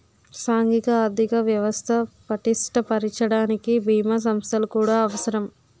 సాంఘిక ఆర్థిక వ్యవస్థ పటిష్ట పరచడానికి బీమా సంస్థలు కూడా అవసరం